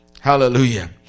Hallelujah